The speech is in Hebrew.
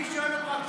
אני שואל אותך: